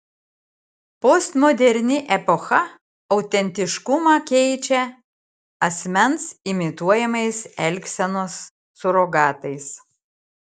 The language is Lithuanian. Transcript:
postmoderni epocha autentiškumą keičia asmens imituojamais elgsenos surogatais